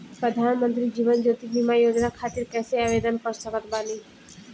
प्रधानमंत्री जीवन ज्योति बीमा योजना खातिर कैसे आवेदन कर सकत बानी?